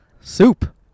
Soup